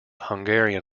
hungarian